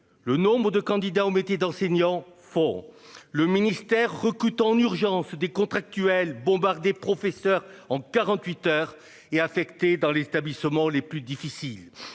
le nombre de candidats au métier d'enseignant font le ministère recrute en urgence des contractuels bombardé professeur en 48 heures et affectés dans les établissements les plus difficiles.